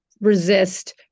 resist